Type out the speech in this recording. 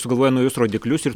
sugalvoja naujus rodiklius ir